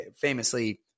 famously